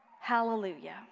hallelujah